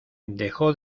dejó